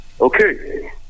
Okay